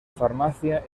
farmacia